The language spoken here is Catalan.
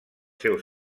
seus